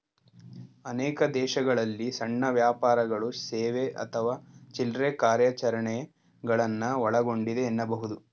ಅನೇಕ ದೇಶಗಳಲ್ಲಿ ಸಣ್ಣ ವ್ಯಾಪಾರಗಳು ಸೇವೆ ಅಥವಾ ಚಿಲ್ರೆ ಕಾರ್ಯಾಚರಣೆಗಳನ್ನ ಒಳಗೊಂಡಿದೆ ಎನ್ನಬಹುದು